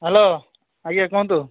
hello ଆଜ୍ଞା କୁହନ୍ତୁ